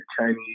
Chinese